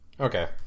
Okay